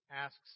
asks